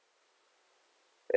and